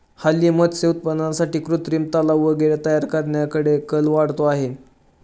हल्ली मत्स्य उत्पादनासाठी कृत्रिम तलाव वगैरे तयार करण्याकडे कल वाढतो आहे